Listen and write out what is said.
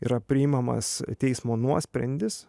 yra priimamas teismo nuosprendis